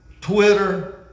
Twitter